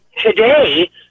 today